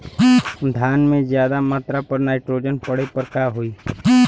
धान में ज्यादा मात्रा पर नाइट्रोजन पड़े पर का होई?